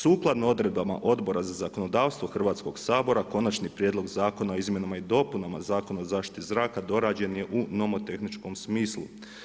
Sukladno odredbama Odbora za zakonodavstvo Hrvatskog sabora Konačni prijedlog zakona o izmjenama i dopunama Zakona o zaštiti zraka dorađen je u nomotehničkom smislu.